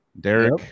Derek